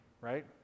Right